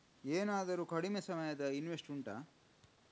ಏನಾದರೂ ಕಡಿಮೆ ಸಮಯದ ಇನ್ವೆಸ್ಟ್ ಉಂಟಾ